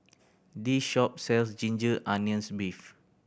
this shop sells ginger onions beef